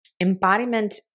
embodiment